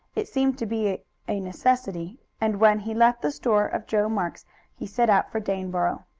it seemed to be a necessity, and when he left the store of joe marks he set out for daneboro.